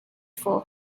four